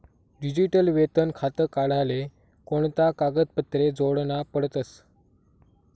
Digital वेतन खातं काढाले कोणता कागदपत्रे जोडना पडतसं?